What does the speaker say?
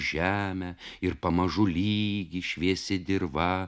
žemę ir pamažu lygi šviesi dirva